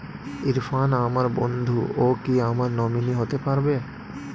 ইরফান আমার বন্ধু ও কি আমার নমিনি হতে পারবে?